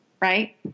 Right